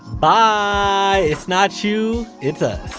bye! it's not you, it's ah